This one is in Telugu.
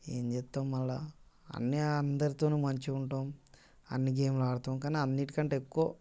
ఏంచేస్తాం మళ్ళా అన్నీ అందరితో మంచిగా ఉంటాం అన్ని గేమ్లు ఆడుతాం కానీ అన్నిటికంటే ఎక్కువ